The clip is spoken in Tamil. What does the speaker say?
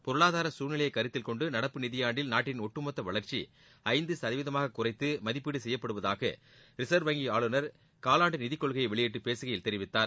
பொருளாதார சூழ்நிலையை கருத்தில்கொண்டு நடப்பு நிதியாண்டில் நாட்டின் ஒட்டுமொத்த வளர்ச்சி ஐந்து சதவீதமாக குறைத்து மதிப்பீடு செய்யப்படுவதாக ரிசர்வ் வங்கி ஆளுநர் காலாண்டு நிதிக்கொள்கையை வெளியிட்டு பேசுகையில் தெரிவித்தார்